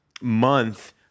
month